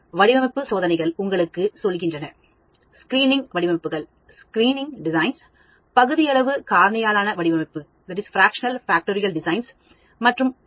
வடிவமைப்பு சோதனைகள் உங்களுக்கு சொல்கின்றன ஸ்கிரீனிங் வடிவமைப்புகள் பகுதியளவு காரணியாலான வடிவமைப்புகள் மற்றும் பல